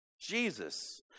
Jesus